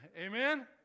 Amen